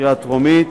לקריאה טרומית,